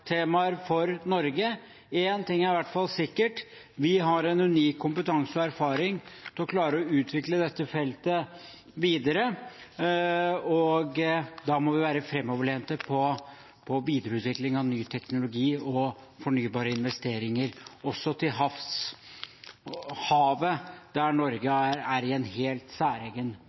fornybartemaer for Norge. En ting er i hvert fall sikkert: Vi har en unik kompetanse og erfaring til å klare å utvikle dette feltet videre, og da må vi være framoverlente på videreutvikling av ny teknologi og fornybare investeringer, også til havs, for når det gjelder havet, er Norge i en helt særegen